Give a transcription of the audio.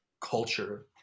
culture